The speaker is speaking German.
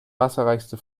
wasserreichste